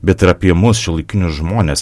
bet ir apie mus šiuolaikinius žmones